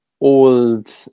old